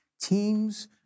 teams